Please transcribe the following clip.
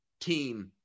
team